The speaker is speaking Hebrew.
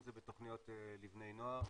אם זה בתוכניות לבני נוער,